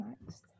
next